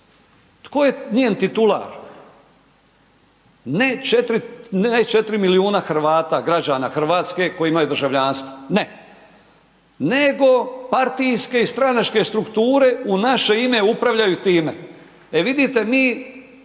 tko je njen titular, ne 4 milijuna Hrvata građana Hrvatske koji imaju državljanstvo, ne, nego partijske i stranačke strukture u naše ime upravljaju time. E vidite mi